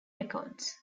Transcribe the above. records